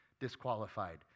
disqualified